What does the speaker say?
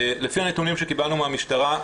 לפי הנתונים שקיבלנו מהמשטרה,